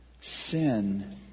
Sin